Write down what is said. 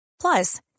Plus